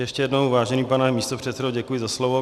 Ještě jednou, vážený pane místopředsedo, děkuji za slovo.